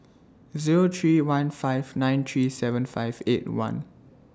Zero three one five nine three seven five eight one